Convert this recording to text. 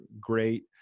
great